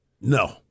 No